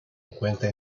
encuentra